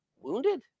wounded